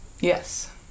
Yes